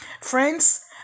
Friends